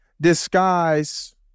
disguise